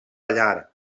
llar